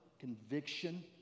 conviction